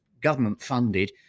government-funded